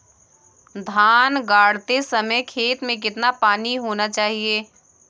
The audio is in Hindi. धान गाड़ते समय खेत में कितना पानी होना चाहिए?